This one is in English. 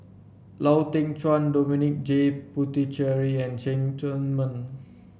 Lau Teng Chuan Dominic J Puthucheary and Cheng Tsang Man